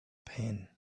pen